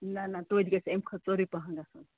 نہ نہ تویتہِ گَژھِ اَمہِ کھۄتہٕ ژوٚرُے پَہَم آسُن